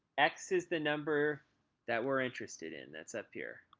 x is the number that we're interested in, that's up here.